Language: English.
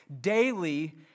daily